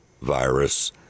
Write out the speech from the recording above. virus